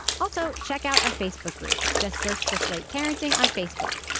also check out our facebook group. just search for slate parenting on facebook.